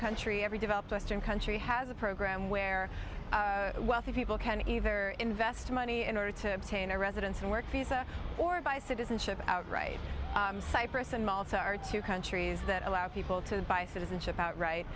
country every developed western country has a program where wealthy people can either invest money in order to obtain a residence and work visa or by citizenship outright cyprus and malta are two countries that allow people to buy citizenship outright